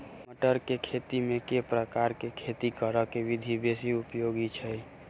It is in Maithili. मटर केँ खेती मे केँ प्रकार केँ खेती करऽ केँ विधि बेसी उपयोगी छै?